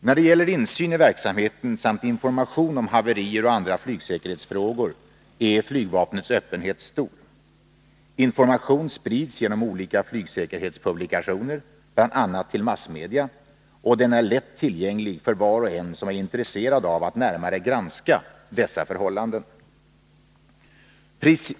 När det gäller insyn i verksamheten samt information om haverier och andra flygsäkerhetsfrågor är flygvapnets öppenhet stor. Information sprids genom olika flygsäkerhetspublikationer — bl.a. till massmedia — och den är lätt tillgänglig för var och en som är intresserad av att närmare granska dessa förhållanden.